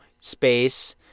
space